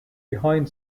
behind